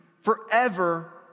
forever